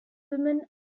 women